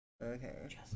Okay